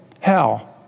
hell